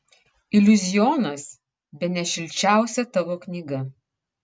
iliuzionas bene šilčiausia tavo knyga